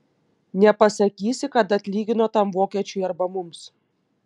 nepasakysi kad atlygino tam vokiečiui arba mums